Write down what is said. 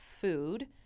food